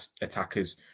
attackers